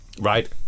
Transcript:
Right